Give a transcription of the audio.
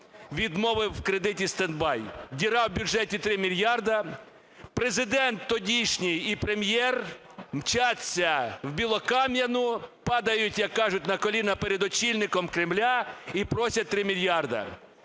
відмовив в кредиті стендбай. Діра в бюджеті – 3 мільярди. Президент тодішній і Прем'єр мчаться в білокам'яну, падають, як кажуть, на коліна перед очільником Кремля і просять 3 мільярди.